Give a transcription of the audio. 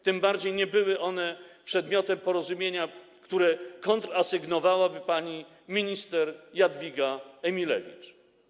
Tym bardziej nie były one przedmiotem porozumienia, które kontrasygnowałaby pani minister Jadwiga Emilewicz.